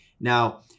Now